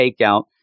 takeout